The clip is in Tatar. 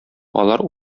алар